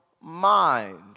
mind